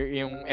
yung